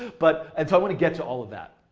but, and so i want to get to all of that.